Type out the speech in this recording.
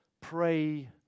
pray